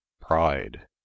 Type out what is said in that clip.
pride